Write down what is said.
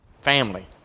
family